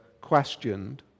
questioned